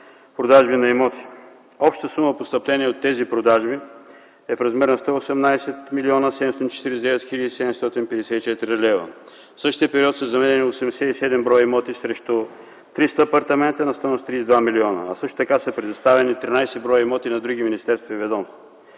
продажби на имоти. Общата сума постъпления от тези продажби е в размер на 118 млн. 749 хил. 754 лв. В същия период са заменени 87 броя имоти срещу 300 апартамента на стойност 32 милиона. А също така са предоставени 13 броя имоти на други министерства и ведомства.